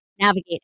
navigate